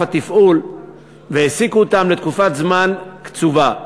התפעול והעסיקו אותם לתקופת זמן קצובה.